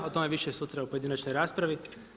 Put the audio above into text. O tome više sutra u pojedinačnoj raspravi.